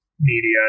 media